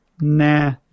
Nah